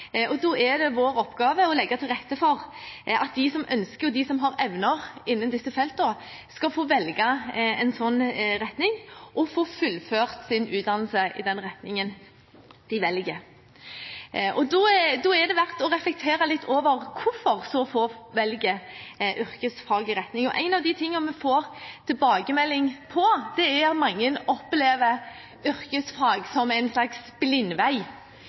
Da er det vår oppgave å legge til rette for at de som ønsker det, og de som har evner innen disse feltene, skal få velge en sånn retning og få fullført sin utdannelse i den retningen de velger. Da er det verdt å reflektere litt over hvorfor så få velger yrkesfaglig retning, og én av de tingene vi får tilbakemelding om, er at mange opplever yrkesfag som en slags blindvei